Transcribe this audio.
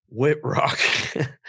whitrock